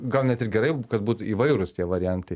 gal net ir gerai kad būtų įvairūs tie variantai